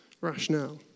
rationale